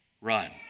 Run